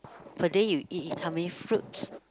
per day you eat eat how many fruits